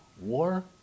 War